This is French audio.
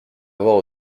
avoir